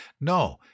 No